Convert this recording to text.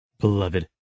Beloved